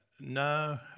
No